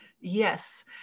Yes